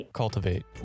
cultivate